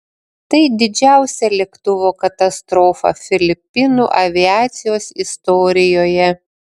tai didžiausia lėktuvo katastrofa filipinų aviacijos istorijoje